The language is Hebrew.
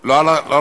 לא על חשבונך?